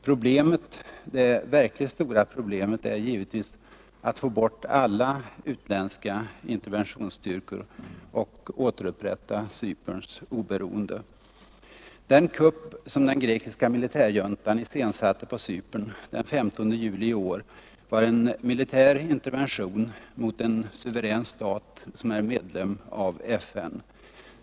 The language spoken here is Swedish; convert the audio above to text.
Problemet, det verkligt stora problemet, är givetvis att utan mera dröjsmål få bort alla utländska interventionsstyrkor och återupprätta Cyperns oberoende. Den kupp som den grekiska militärjuntan iscensatte på Cypern den 15 juli i år var en militär intervention mot en suverän stat som är medlem av FN.